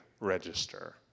register